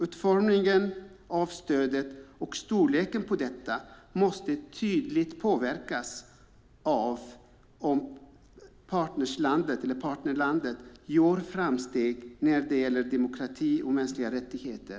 Utformningen av stödet och storleken på det måste tydligt påverkas av om partnerlandet gör framsteg eller inte när det gäller demokrati och mänskliga rättigheter.